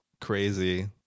Crazy